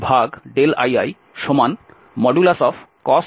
cos i